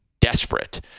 desperate